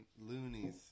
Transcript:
loonies